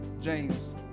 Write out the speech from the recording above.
James